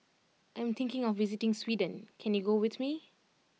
I am thinking of visiting Sweden can you go with me